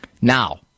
Now